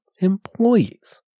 employees